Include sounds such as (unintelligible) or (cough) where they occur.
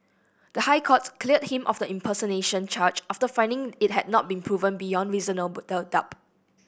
the High Court cleared him of the impersonation charge after finding it had not been proven beyond (unintelligible) doubt